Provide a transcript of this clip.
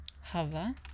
Hava